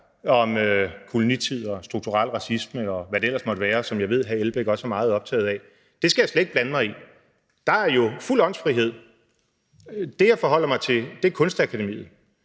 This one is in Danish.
om kolonitid og strukturel racisme, og hvad det ellers måtte være, og som jeg ved at hr. Uffe Elbæk også er meget optaget af. Det skal jeg slet ikke blande mig i – der er jo fuld åndsfrihed. Det, jeg forholder mig til, er Kunstakademiet,